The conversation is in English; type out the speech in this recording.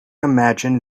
imagine